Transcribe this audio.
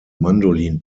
mandolin